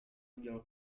your